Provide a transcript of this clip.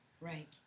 Right